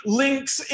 links